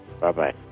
Bye-bye